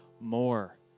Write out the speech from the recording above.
more